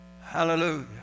Hallelujah